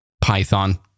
python